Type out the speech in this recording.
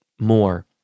more